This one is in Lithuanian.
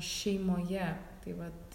šeimoje tai vat